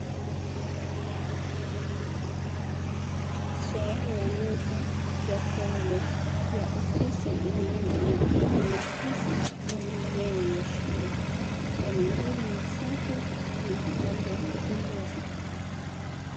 Sehemu ya nje ya korido ya ofisi inayoonekana ni ofisi ya maeneo ya shule, eneo hili ni safi na lenye rangi ya kupendeza.